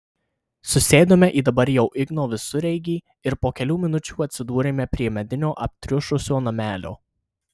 susėdome į dabar jau igno visureigį ir po kelių minučių atsidūrėme prie medinio aptriušusio namelio